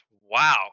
Wow